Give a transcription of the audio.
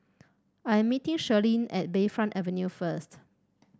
I'm meeting Shirlene at Bayfront Avenue first